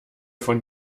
von